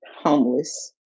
homeless